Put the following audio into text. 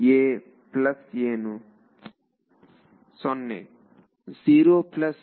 ವಿದ್ಯಾರ್ಥಿ0 0 plus